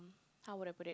how would I put it